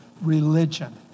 religion